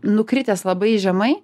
nukritęs labai žemai